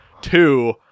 Two